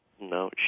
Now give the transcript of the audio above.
No